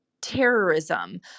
terrorism